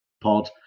pod